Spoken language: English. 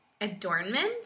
adornment